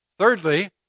Thirdly